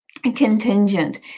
contingent